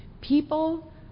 People